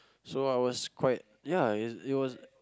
so I was quite ya it was